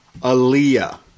Aaliyah